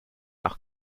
nach